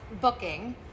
booking